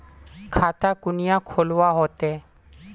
खाता कुनियाँ खोलवा होते?